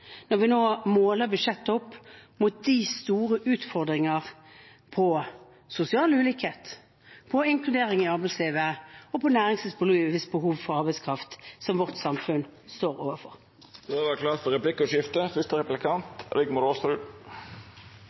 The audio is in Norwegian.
når vi nå måler budsjettet opp mot de store utfordringene når det gjelder sosial ulikhet, inkludering i arbeidslivet og næringslivets behov for arbeidskraft, som vårt samfunn står overfor. Det vert replikkordskifte. Representanten Solberg har vært leder for